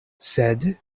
sed